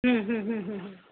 हूं हूं हूं